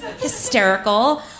hysterical